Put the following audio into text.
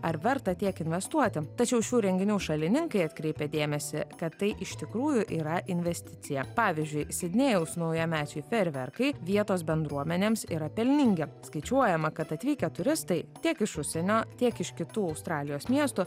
ar verta tiek investuoti tačiau šių renginių šalininkai atkreipia dėmesį kad tai iš tikrųjų yra investicija pavyzdžiui sidnėjaus naujamečiai fejerverkai vietos bendruomenėms yra pelningi skaičiuojama kad atvykę turistai tiek iš užsienio tiek iš kitų australijos miestų